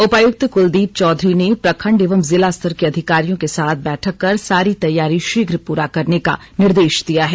उपायुक्त कुलदीप चौधरी ने प्रखंड एवं जिला स्तर के अधिकारियों के साथ बैठक कर सारी तैयारी शीघ्र पूरा करने का निर्देश दिया है